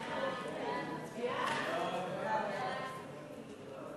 ההצעה להעביר את הצעת חוק להסדר ההימורים בספורט